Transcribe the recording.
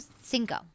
Cinco